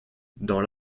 dans